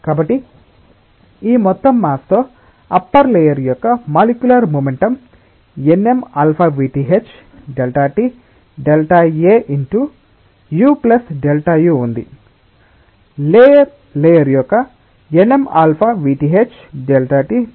కాబట్టి ఈ మొత్తం మాస్ తో అప్పర్ లేయర్ యొక్క molecular momentum nmαvthΔtΔA× u Δu ఉంది లోయర్ లేయర్ యొక్క nmαvthΔtΔA×